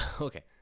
Okay